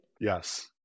Yes